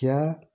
क्या